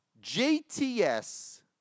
JTS